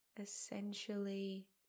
essentially